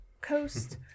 coast